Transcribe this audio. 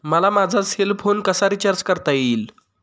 मला माझा cell phone कसा रिचार्ज करता येईल?